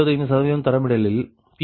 25 தரமிடலில் Pg12